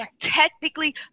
technically